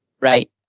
Right